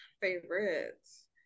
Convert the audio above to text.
favorites